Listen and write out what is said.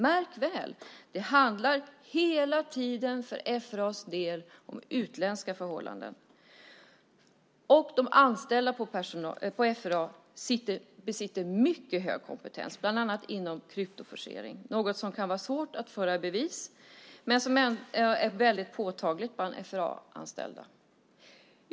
Märk väl - det handlar hela tiden för FRA:s del om utländska förhållanden. De anställda på FRA besitter mycket hög kompetens, bland annat inom kryptoforcering - något som kan vara svårt att föra i bevis men som ändå är väldigt påtagligt bland FRA-anställda.